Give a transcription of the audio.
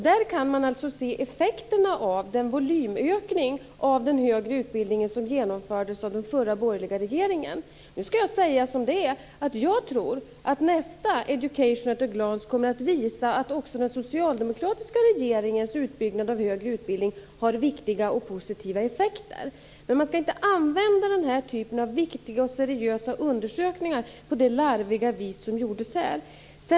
Där kan man se effekterna av den volymökning av den högre utbildningen som genomfördes av den förra borgerliga regeringen. Nu skall jag säga som det är, nämligen att jag tror att nästa Education at a glance kommer att visa att också den socialdemokratiska regeringens utbyggnad av högre utbildning har viktiga och positiva effekter. Men man skall inte använda denna typ av viktiga och seriösa undersökningar på det larviga vis som gjordes här.